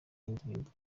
indirimbo